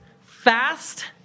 fast